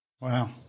Wow